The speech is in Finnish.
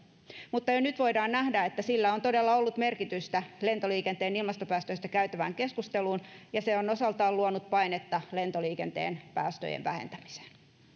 mutta jo nyt voidaan nähdä että sillä on todella ollut merkitystä lentoliikenteen ilmastopäästöistä käytävään keskusteluun ja se on osaltaan luonut painetta lentoliikenteen päästöjen vähentämiseen